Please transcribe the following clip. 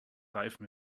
reifen